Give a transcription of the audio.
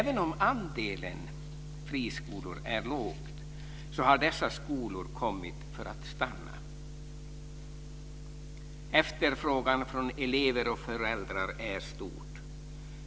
Även om andelen friskolor är låg har dessa skolor kommit för att stanna. Efterfrågan från elever och föräldrar är stor.